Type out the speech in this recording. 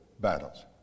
battles